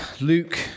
Luke